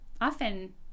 often